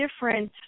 different